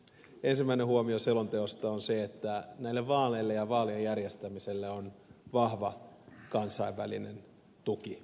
ensimmäinen huomio selonteosta on se että näille vaaleille ja vaalien järjestämiselle on vahva kansainvälinen tuki